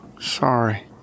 sorry